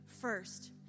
first